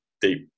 deep